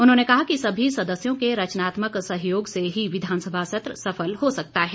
उन्होंने कहा कि सभी सदस्यों के रचनात्मक सहयोग से ही विधानसभा सत्र सफल हो सकता है